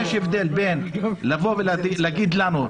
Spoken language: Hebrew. יש הבדל בין להגיד לנו,